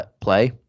play